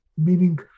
meaning